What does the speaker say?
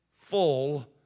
full